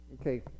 Okay